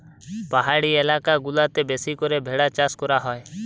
পাহাড়ি এলাকা গুলাতে বেশি করে ভেড়ার চাষ করা হয়